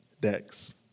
decks